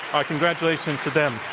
our congratulations to them.